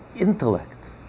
intellect